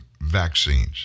vaccines